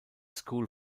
school